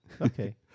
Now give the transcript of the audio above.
okay